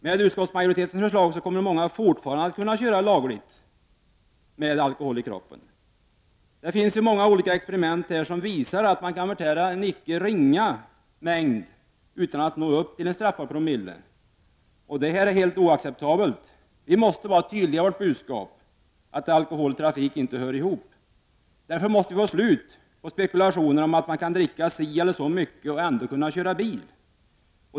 Med utskottsmajoritetens förslag kommer många fortfarande att kunna köra ”lagligt” med alkohol i kroppen. Det finns många olika experiment som visar att man kan förtära en icke ringa mängd utan att nå upp till straffbar promillehalt. Detta är helt oacceptabelt. Vi måste vara helt tydliga i vårt budskap att alkohol och trafik inte hör ihop. Därför måste vi få slut på spekulationerna om att man kan dricka si eller så mycket och ändå köra bil.